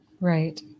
right